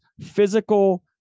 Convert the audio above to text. physical